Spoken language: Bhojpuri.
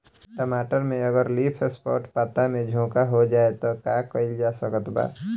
टमाटर में अगर लीफ स्पॉट पता में झोंका हो जाएँ त का कइल जा सकत बा?